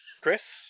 Chris